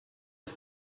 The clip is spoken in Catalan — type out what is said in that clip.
els